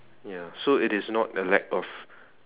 ya so it is not a lack of